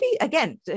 again